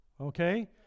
Okay